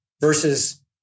versus